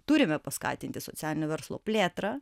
turime paskatinti socialinio verslo plėtrą